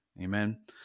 Amen